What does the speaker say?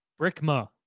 brickma